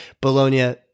Bologna